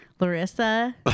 Larissa